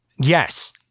Yes